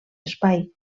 espai